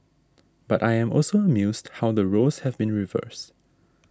but I am also amused how the roles have been reversed